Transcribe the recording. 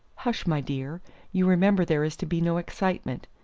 hush, my dear you remember there is to be no excitement.